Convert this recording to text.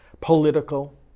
Political